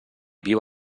viu